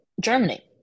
Germany